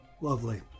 Lovely